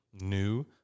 new